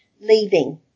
leaving